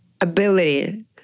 ability